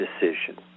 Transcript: decision